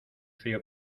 frío